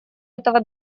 этого